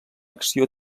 acció